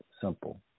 simple